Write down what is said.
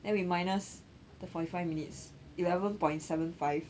then we minus the forty five minutes eleven point seven five O and that max you can O_T is like